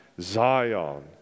Zion